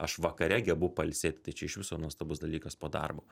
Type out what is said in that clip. aš vakare gebu pailsėti tai čia iš viso nuostabus dalykas po darbo